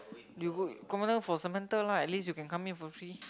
you book come on down for Samantha right at least you can come here for free